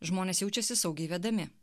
žmonės jaučiasi saugiai vedami